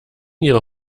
ihre